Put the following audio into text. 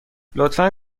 لطفا